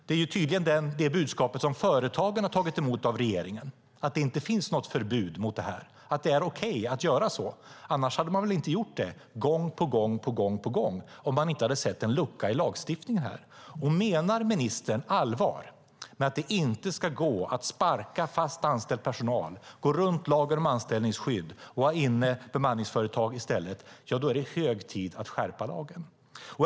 Att det inte finns något förbud mot detta och att det är okej att göra så här är tydligen det budskap som företagen har tagit emot av regeringen, för de hade inte gjort så här gång på gång om de inte hade sett en lucka i lagstiftningen. Om ministern menar allvar med att det inte ska gå att sparka fast anställd personal, gå runt lagen om anställningsskydd och ha inne bemanningsföretag i stället är det hög tid att skärpa lagen.